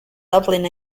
lublin